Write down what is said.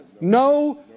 No